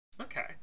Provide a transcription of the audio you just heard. Okay